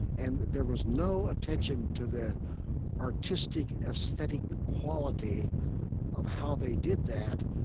and there was no attention to the artistic, aesthetic quality of how they did that.